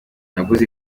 naguze